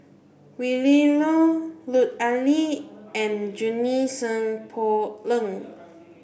Willin Low Lut Ali and Junie Sng Poh Leng